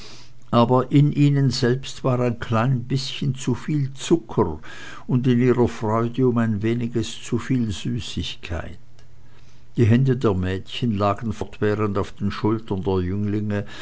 aber in ihnen selbst war ein klein bißchen zuviel zucker und in ihrer freude um ein weniges zuviel süßigkeit die hände der jungen mädchen lagen fortwährend auf den schultern der jünglinge